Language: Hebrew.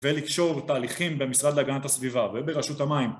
ולקשור תהליכים במשרד להגנת הסביבה וברשות המים